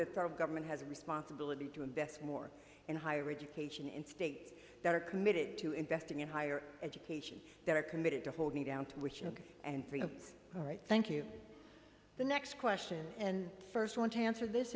that our government has a responsibility to invest more in higher education in states that are committed to investing in higher education that are committed to hold me down to which are good and freedoms all right thank you the next question and first want to answer this